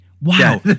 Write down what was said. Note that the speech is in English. Wow